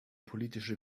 politische